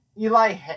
Eli